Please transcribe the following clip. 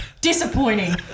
Disappointing